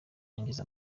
ngize